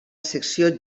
secció